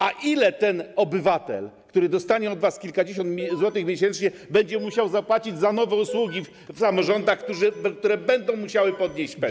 A ile ten obywatel, który dostanie od was kilkadziesiąt złotych miesięcznie, będzie musiał zapłacić za nowe usługi w samorządach, które będą musiały podnieść pensje?